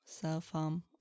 self-harm